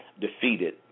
defeated